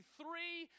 three